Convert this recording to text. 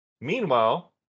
Meanwhile